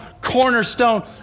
Cornerstone